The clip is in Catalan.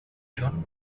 john